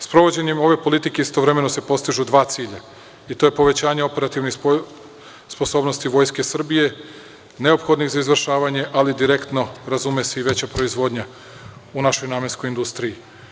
Sprovođenjem ove politike istovremeno se postižu dva cilja, i to je povećanje operativnih sposobnosti Vojske Srbije neophodnih za izvršavanje, ali direktno, razume se, i veća proizvodnja u našoj namenskoj industriji.